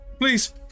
Please